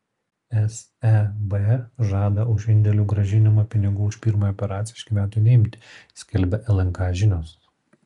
seb žada už indėlių grąžinimą pinigų už pirmąją operaciją iš gyventojų neimti skelbia lnk žinios